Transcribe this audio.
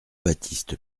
baptiste